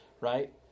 right